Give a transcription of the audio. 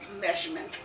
measurement